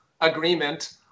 agreement